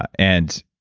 and